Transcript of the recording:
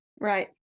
Right